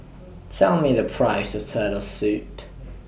Tell Me The Price of Turtle Soup